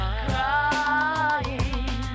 crying